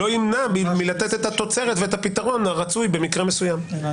מופיעים בהרבה מאוד חוקי יסוד.